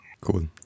Cool